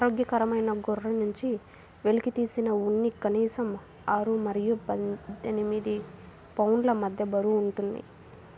ఆరోగ్యకరమైన గొర్రె నుండి వెలికితీసిన ఉన్ని కనీసం ఆరు మరియు పద్దెనిమిది పౌండ్ల మధ్య బరువు ఉంటుంది